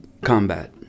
combat